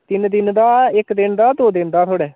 तिन्न दिन दा इक दिन दा दो दिन दा थुआढ़े